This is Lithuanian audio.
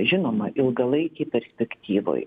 žinoma ilgalaikėj perspektyvoj